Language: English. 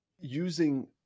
using